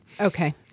Okay